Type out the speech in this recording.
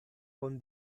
con